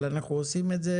אנחנו עושים את זה